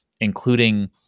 including